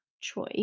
choice